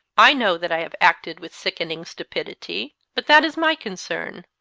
i know that i have acted with sickening stupidity. but that is my concern,